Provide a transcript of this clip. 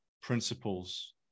principles